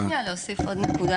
אני רוצה שניה להוסיף עוד נקודה,